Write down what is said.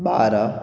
बारा